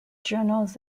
journals